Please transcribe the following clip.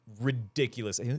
ridiculous